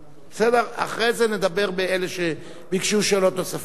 אחרי זה נדבר באלה שביקשו שאלות נוספות.